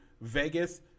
Vegas